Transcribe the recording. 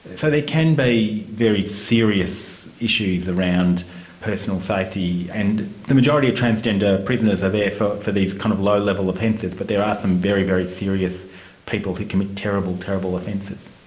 so there can be very serious issues around personal safety. and the majority of transgender prisoners are there for for these kind of low-level offences, but there are some very, very serious people who commit terrible, terrible offences.